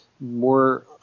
more